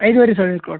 ಐದುವರೆ ಸಾವಿರ ಕೊಡ್ರಿ